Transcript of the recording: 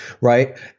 Right